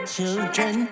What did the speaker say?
children